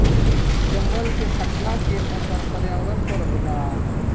जंगल के कटला के असर पर्यावरण पर होला